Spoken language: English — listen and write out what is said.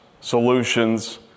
solutions